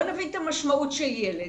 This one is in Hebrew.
בואו נבין את המשמעות של ילד